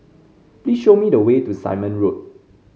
please show me the way to Simon Road